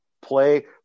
play